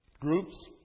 groups